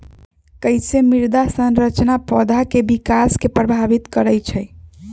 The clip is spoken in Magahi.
कईसे मृदा संरचना पौधा में विकास के प्रभावित करई छई?